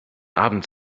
abend